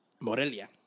Morelia